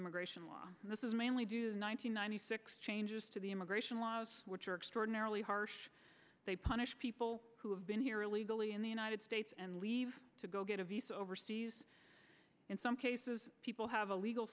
immigration law and this is mainly due to one thousand nine hundred six changes to the immigration laws which are extraordinarily harsh they punish people who have been here illegally in the united states and leave to go get a visa overseas in some cases people have a legal